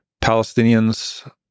Palestinians